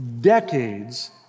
decades